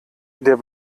der